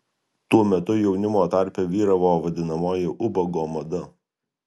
tuo metu jaunimo tarpe vyravo vadinamoji ubago mada